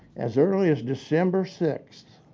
as early as december sixth,